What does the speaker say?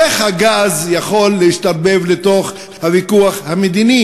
איך הגז יכול להשתרבב לתוך הוויכוח המדיני?